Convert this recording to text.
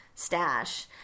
Stash